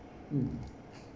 mm